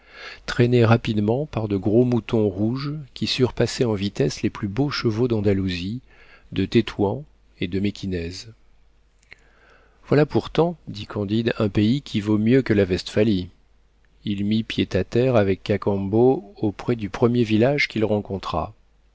traînés rapidement par de gros moutons rouges qui surpassaient en vitesse les plus beaux chevaux d'andalousie de tétuan et de méquinez tel est le texte de toutes les éditions données du vivant de l'auteur et même des éditions de kehl quelques éditeurs récents ont mis l'utile était joint à l'agréable b voilà pourtant dit candide un pays qui vaut mieux que la vestphalie il mit pied à terre avec cacambo auprès du premier village qu'il rencontra